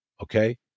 okay